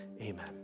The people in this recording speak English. amen